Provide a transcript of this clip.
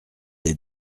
des